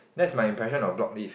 that's my impression of block leave